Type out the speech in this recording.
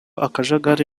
akajagari